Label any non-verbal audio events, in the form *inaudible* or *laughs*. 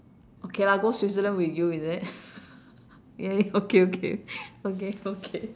okay lah go switzerland with you is it *laughs* ya ya okay okay okay okay